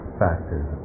factors